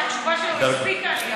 התשובה שלו הספיקה לי,